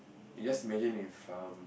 you just imagine if um